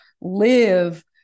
live